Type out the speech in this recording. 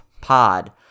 pod